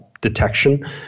detection